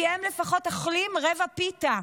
כי הם לפחות אוכלים רבע פיתה,